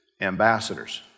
ambassadors